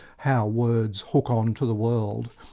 how words hook on to the world.